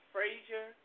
Frazier